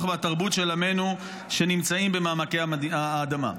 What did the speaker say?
והתרבות של עמנו שנמצאים במעמקי האדמה.